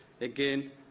Again